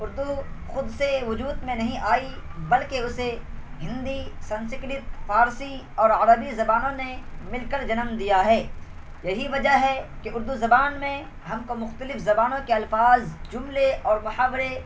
اردو خود سے وجود میں نہیں آئی بلکہ اسے ہندی سنسکرت فارسی اور عربی زبانوں نے مل کر جنم دیا ہے یہی وجہ ہے کہ اردو زبان میں ہم کو مختلف زبانوں کے الفاظ جملے اور محاورے